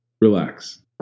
Relax